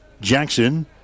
Jackson